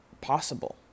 possible